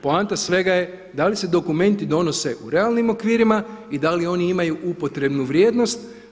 Poanta svega je da li se dokumenti donose u realnim okvirima i da li oni imaju upotrebnu vrijednost.